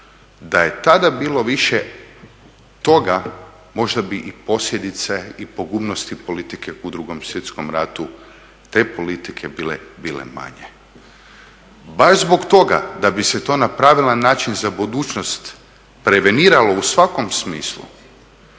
da je tada bilo više toga možda bi i posljedice i pogubnosti politike u Drugom svjetskom ratu te politike bile manje. Baš zbog toga da bi se to na pravilan način za budućnost preveniralo u svakom smislu,